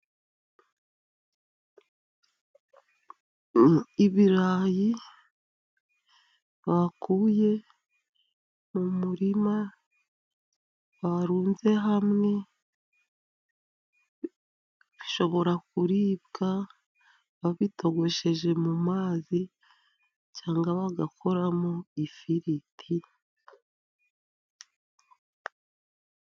Ibirayi bakuye mu murima barunze hamwe. Bishobora kuribwa babitogosheje mu mazi cyangwa bagakoramo ifiriti.